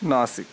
Nashik